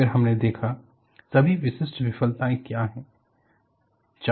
फिर हमने देखा सभी विशिष्ट विफलताएं क्या हैं